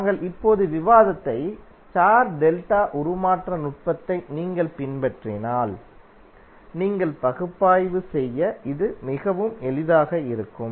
நாங்கள் இப்போது விவாதித்த ஸ்டார் டெல்டா உருமாற்ற நுட்பத்தை நீங்கள் பின்பற்றினால் நீங்கள் பகுப்பாய்வு செய்ய இது மிகவும் எளிதாக இருக்கும்